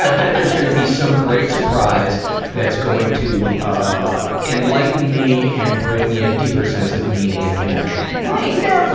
ah bet there's gonna be some great surprise that's going to, ah, enlighten me and bring me a deeper sense of meaning and connection. never!